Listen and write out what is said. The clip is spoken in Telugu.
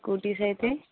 స్కూటీస్ అయితే